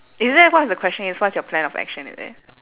is that what's the question is what's your plan of action is it